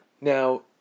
now